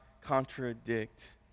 contradict